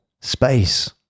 space